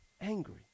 angry